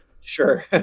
Sure